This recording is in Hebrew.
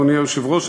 אדוני היושב-ראש.